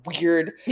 weird